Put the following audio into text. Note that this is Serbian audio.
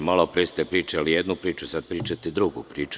Malo pre ste pričali jednu priču, sad pričate drugu priču.